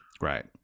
Right